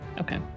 Okay